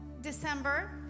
December